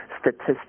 statistics